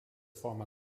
former